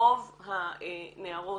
רוב הנערות,